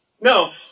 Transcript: No